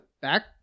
back